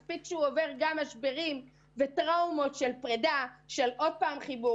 מספיק שהילד עצמו עובר משבר של פרידות וחזרות שוב ושוב.